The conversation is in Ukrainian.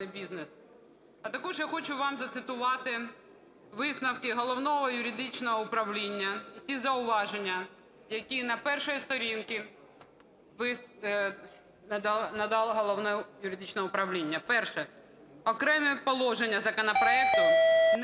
А також я хочу вам зацитувати висновки Головного юридичного управління і ті зауваження, які на перший сторінці надало Головне юридичне управління. Перше. "Окремі положення законопроекту